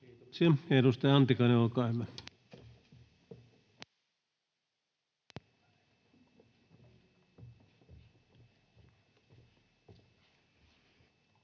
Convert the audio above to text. Kiitoksia. — Edustaja Niikko, olkaa hyvä.